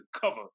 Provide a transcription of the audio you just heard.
cover